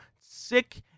sick